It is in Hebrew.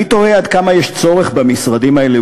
אני תוהה עד כמה יש צורך במשרדים האלה.